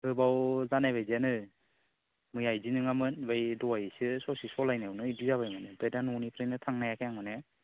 गोबाव जानाय बायदियानो मैया बिदि नङामोन ओमफ्राय दहायसो ससे सालायनायावनो बिदि जाबाय माने ओमफ्राय दा न'निफ्रायनो थांनो हायाखै आं माने